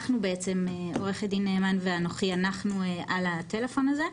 עו"ד נאמן ואנוכי על הטלפון הזה.